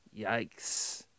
Yikes